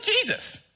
Jesus